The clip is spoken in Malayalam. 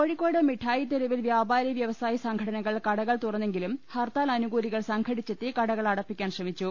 കോഴിക്കോട് മിഠായിതെരുവിൽ വ്യാപാരി വൃവസായി സംഘടനകൾ കടകൾ തുറന്നെങ്കിലും ഹർത്താൽ അനുകൂലികൾ സംഘടിച്ചെത്തി കട കളടപ്പിക്കാൻ ശ്രമിച്ചു